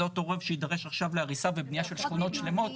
זה אותו רוב שיידרש עכשיו להריסה ובנייה של שכונות שלמות.